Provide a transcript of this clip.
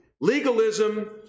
Legalism